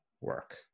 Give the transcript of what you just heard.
work